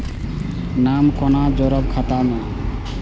नाम कोना जोरब खाता मे